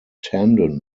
tendon